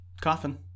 coffin